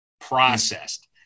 processed